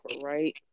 right